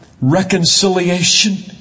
reconciliation